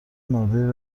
نادری